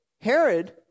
Herod